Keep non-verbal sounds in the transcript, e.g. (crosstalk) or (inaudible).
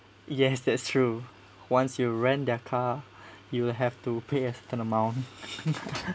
yes that's true once you rent their car you will have to pay a certain amount (laughs)